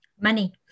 Money